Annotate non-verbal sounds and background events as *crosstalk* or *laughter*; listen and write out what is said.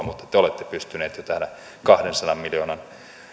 *unintelligible* mutta te te olette jo pystyneet täällä kahdensadan miljoonan